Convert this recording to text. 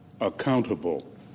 accountable